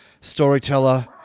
storyteller